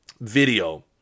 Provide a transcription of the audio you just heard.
video